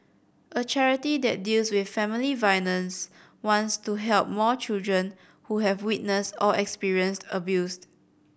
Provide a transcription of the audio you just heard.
a charity that deals with family violence wants to help more children who have witnessed or experienced abuse